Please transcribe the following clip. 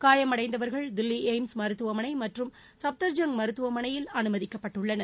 காயமடைந்தவர்கள் தில்லி எய்ம்ஸ் மருத்துவமனை மற்றும் சப்தர்ஜங் மருத்துவமனையில் அமைதிக்கப்பட்டுள்ளனர்